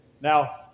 Now